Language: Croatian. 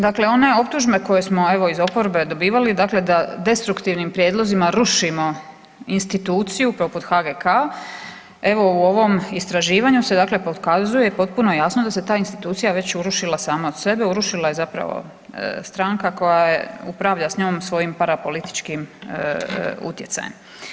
Dakle, one optužbe koje smo iz oporbe dobivali da destruktivnim prijedlozima rušimo instituciju poput HGK evo u ovom istraživanju se pokazuje potpuno jasno da se ta institucija već urušila sama od sebe, urušila je zapravo stranka koja upravlja s njom svojim parapolitičkim utjecajem.